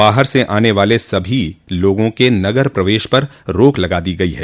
बाहर से आने वाले सभी लोगों के नगर प्रवेश पर रोक लगा दी गयी है